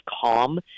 calm